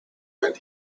when